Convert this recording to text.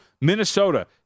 Minnesota